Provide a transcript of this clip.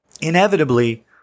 Inevitably